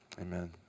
amen